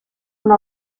una